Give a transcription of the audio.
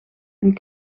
een